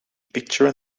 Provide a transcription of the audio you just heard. picture